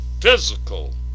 physical